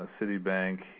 Citibank